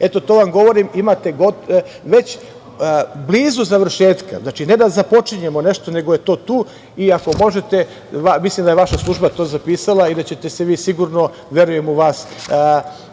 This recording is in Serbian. Hidroelektrane Đerdap. Imate već blizu završetka, znači, ne da započinjemo nešto, nego je to tu i ako možete, mislim da je vaša služba to zapisala i da ćete se vi sigurno, verujem u vas,